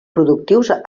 productius